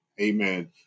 Amen